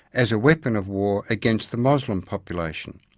as a weapon of war, against the moslem population.